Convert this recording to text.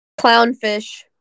clownfish